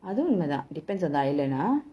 அது உண்மதான்:athu unmathan depends on the island ah